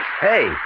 Hey